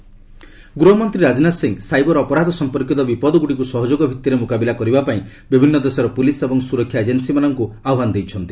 ରାଜନାଥ ସିଂ ଗୃହମନ୍ତ୍ରୀ ରାଜନାଥ ସିଂ ସାଇବର ଅପରାଧ ସହିତ ସମ୍ପର୍କୀତ ବିପଦଗୁଡ଼ିକୁ ସହଯୋଗ ଭିତ୍ତିରେ ମୁକାବିଲା କରିବା ପାଇଁ ବିଭିନ୍ନ ଦେଶର ପୁଲିସ୍ ଏବଂ ସୁରକ୍ଷା ଏଜେନ୍ସୀମାନଙ୍କୁ ଆହ୍ୱାନ ଦେଇଛନ୍ତି